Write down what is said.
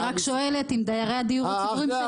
אני רק שואלת אם דיירי הדיור הציבורי משלמים את זה בסוף.